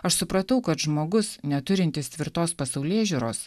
aš supratau kad žmogus neturintis tvirtos pasaulėžiūros